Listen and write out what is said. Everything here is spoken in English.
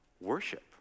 worship